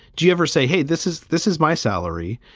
do you ever say, hey, this is this is my salary.